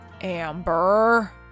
Amber